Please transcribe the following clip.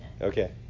Okay